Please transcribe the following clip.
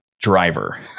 driver